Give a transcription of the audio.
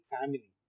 family